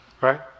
right